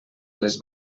les